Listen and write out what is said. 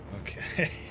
Okay